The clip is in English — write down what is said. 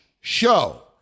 show